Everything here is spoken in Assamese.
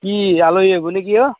কি আলহী আহিবনে কি অ'